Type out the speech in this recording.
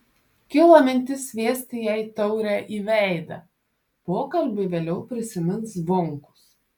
kilo mintis sviesti jai taurę į veidą pokalbį vėliau prisimins zvonkus